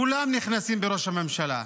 כולם נכנסים בראש הממשלה.